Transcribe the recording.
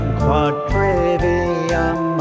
quadrivium